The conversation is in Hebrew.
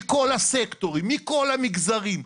מכל הסקטורים, מכל המגזרים.